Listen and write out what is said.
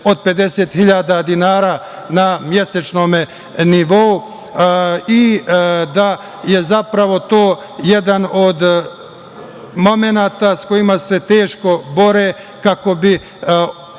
od 50 hiljada dinara na mesečnom nivou i da je zapravo to jedan od momenata sa kojima se teško bore, kako bi